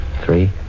three